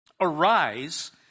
arise